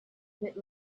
bit